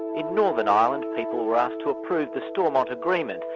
in northern ireland, people were asked to approve the stormont agreement,